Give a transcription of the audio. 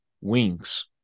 wings